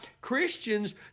Christians